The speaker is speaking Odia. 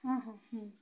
ହଁ ହଁ ହୁଁ